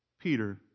Peter